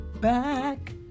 back